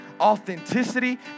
authenticity